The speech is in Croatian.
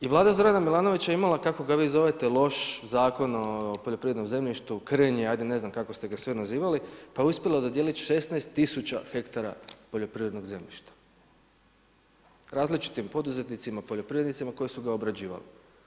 I Vlada Zorana Milanovića je imala kako ga vi zovete loš Zakon o poljoprivrednom zemljištu, krnji hajde ne znam kako ste ga sve nazivali, pa je uspjela dodijeliti 16000 ha poljoprivrednog zemljišta različitim poduzetnicima, poljoprivrednicima koji su ga obrađivali.